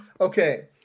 Okay